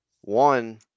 one